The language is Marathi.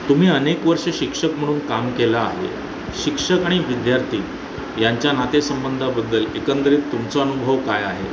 तुम्ही अनेक वर्षं शिक्षक म्हणून काम केलं आहे शिक्षक आणि विद्यार्थी यांच्या नातेसंबंधाबद्दल एकंदरीत तुमचा अनुभव काय आहे